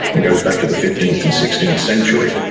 it goes back to the fifteenth and sixteenth century.